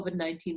COVID-19